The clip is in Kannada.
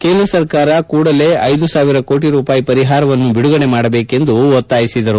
ಕೇಂದ್ರ ಸರ್ಕಾರ ಕೂಡಲೇ ಐದು ಸಾವಿರ ಕೋಟಿ ರೂಪಾಯಿ ಪರಿಹಾರವನ್ನು ಬಿಡುಗಡೆ ಮಾಡಬೇಕೆಂದು ಆಗ್ರಹಿಸಿದರು